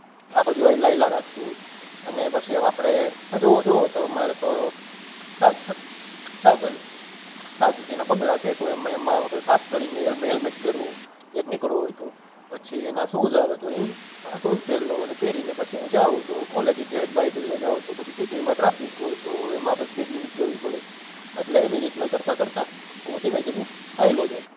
આ બાજુ આવ્યાં આવ્યાં રાખતું હોય અને પછી આપણે જુઓ જુઓ તો અમારે તો સાવ સાવચેતીના પગલાં છે તો એમા એમા હું કે ખાસ કરીને હેલ હેલમેટ પહેરું ક્યાંક નિકળવું હોય તો પછી એના શૂઝ આવે તો શૂઝ પહેરી લઉં પછી હું જાઉં તો કોલેજે ક્યારેક બાઇક લઈને આવું તો પછી સિટીમાં ટ્રાફિક હોય તો એમાં આપણે સ્પીડ લિમિટ જોવી પડે અટલે એવી રીતના કરતાં કરતાં ધીમે ધીમે ચાલ્યો જાઉં